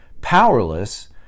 powerless